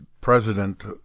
president